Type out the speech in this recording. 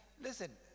listen